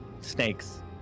snakes